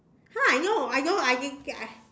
how I know I don't I can I